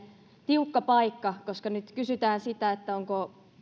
tiukka paikka koska nyt kysytään sitä onko